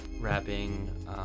rapping